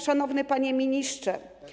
Szanowny Panie Ministrze!